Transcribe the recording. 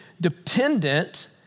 dependent